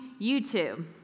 YouTube